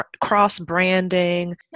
cross-branding